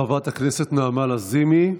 חברת הכנסת נעמה לזימי,